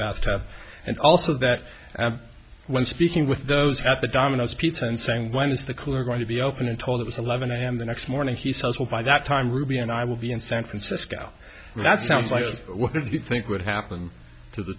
bathtub and also that when speaking with those at the domino's pizza and saying when is the cooler going to be open and told it was eleven am the next morning he says well by that time ruby and i will be in san francisco that sounds like what you think would happen to the